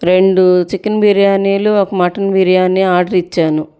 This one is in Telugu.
రెండూ చికెన్ బిర్యానీలు ఒక మటన్ బిర్యానీ ఆర్డర్ ఇచ్చాను